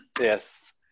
Yes